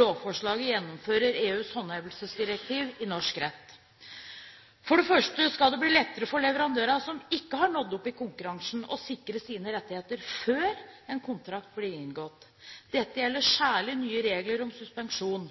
Lovforslaget gjennomfører EUs håndhevelsesdirektiv i norsk rett. For det første skal det bli lettere for leverandører som ikke har nådd opp i konkurransen, å sikre sine rettigheter før en kontrakt blir inngått. Dette gjelder særlig nye regler om suspensjon: